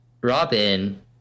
robin